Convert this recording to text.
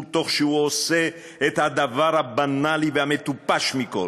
תוך שהוא עושה את הדבר הבנאלי והמטופש מכול,